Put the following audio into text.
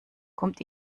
kommt